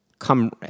Come